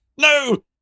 no